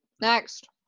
Next